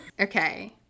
okay